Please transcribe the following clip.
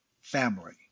family